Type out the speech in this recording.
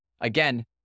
again